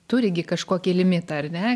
turi gi kažkokį limitą ar ne